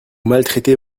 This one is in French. maltraitez